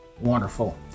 Wonderful